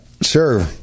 sure